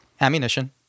ammunition